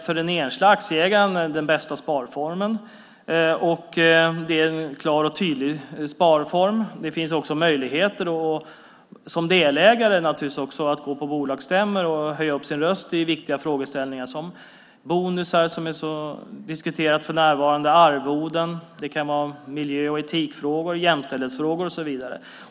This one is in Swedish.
För den enskilde aktieägaren är det den bästa sparformen, och det är en klar och tydlig sparform. Det finns också möjligheter, även som delägare, att gå på bolagsstämmor och höja sin röst i viktiga frågeställningar. Det gäller till exempel bonusar, som är så diskuterade för närvarande, och arvoden. Det kan vara miljö och etikfrågor, jämställdhetsfrågor och så vidare.